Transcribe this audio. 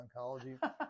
oncology